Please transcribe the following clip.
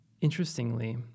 Interestingly